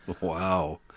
Wow